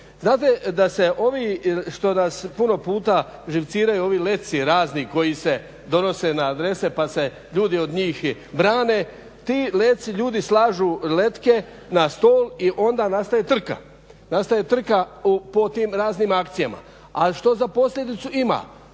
Znate da se ovi što nas puno puta živciraju, ovi letci razni koji se donose na adrese pa se ljudi od njih brane, ti letci, ljudi slažu letke na stol i onda nastaje trka. Nastaje trka po tim raznim akcijama, a što za posljedicu ima